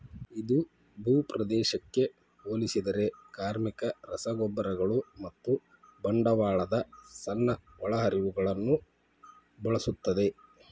ಇದು ಭೂಪ್ರದೇಶಕ್ಕೆ ಹೋಲಿಸಿದರೆ ಕಾರ್ಮಿಕ, ರಸಗೊಬ್ಬರಗಳು ಮತ್ತು ಬಂಡವಾಳದ ಸಣ್ಣ ಒಳಹರಿವುಗಳನ್ನು ಬಳಸುತ್ತದೆ